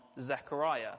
Zechariah